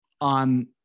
on